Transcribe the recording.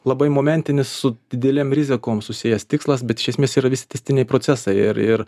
labai momentinis su didelėm rizikom susijęs tikslas bet iš esmės yra visi tęstiniai procesai ir ir